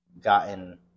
gotten